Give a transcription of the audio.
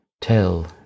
tell